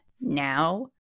now